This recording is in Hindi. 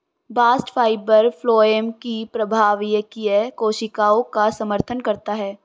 बास्ट फाइबर फ्लोएम की प्रवाहकीय कोशिकाओं का समर्थन करता है